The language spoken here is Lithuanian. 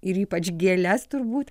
ir ypač gėles turbūt